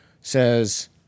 says